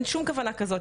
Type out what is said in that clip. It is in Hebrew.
אין שום כוונה כזאת,